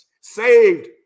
saved